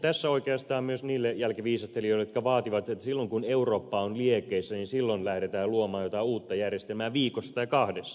tässä oikeastaan myös niille jälkiviisastelijoille jotka vaativat että silloin kun eurooppa on liekeissä lähdetään luomaan jotain uutta järjestelmää viikossa tai kahdessa